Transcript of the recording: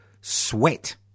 sweat